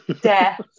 death